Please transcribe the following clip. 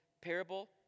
parable